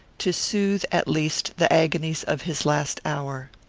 to soothe, at least, the agonies of his last hour.